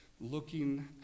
looking